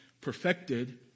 perfected